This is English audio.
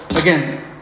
again